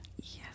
Yes